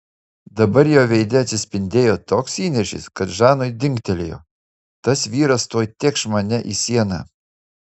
dabar jo veide atsispindėjo toks įniršis kad žanui dingtelėjo tas vyras tuoj tėkš mane į sieną